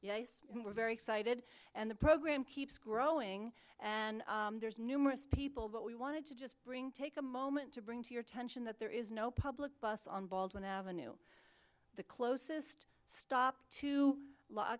and we're very excited and the program keeps growing and there's numerous people but we wanted to just bring take a moment to bring to your attention that there is no public bus on baldwin avenue the closest stop to la